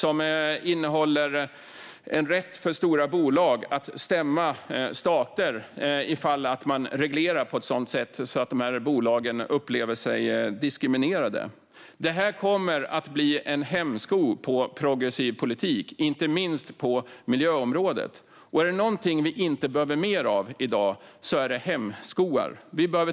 De innehåller rätt för stora bolag att stämma stater ifall stater reglerar på ett sådant sätt att dessa bolag upplever sig diskriminerade. Det här kommer att lägga hämsko på progressiv politik, inte minst på miljöområdet, och är det någonting vi inte behöver mer av i dag är det hämskor.